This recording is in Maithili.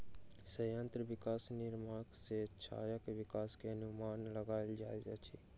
संयंत्र विकास नियामक सॅ गाछक विकास के अनुमान लगायल जाइत अछि